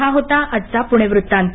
हा होता आजचा पुणे वृत्तांत